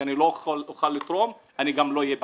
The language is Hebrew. לא יכול לתרום אז אני לא אהיה בכנסת.